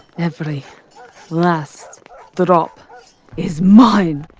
every last drop is mine!